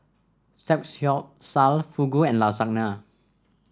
Fugu and Lasagna